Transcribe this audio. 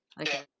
Okay